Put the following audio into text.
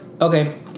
Okay